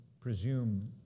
presume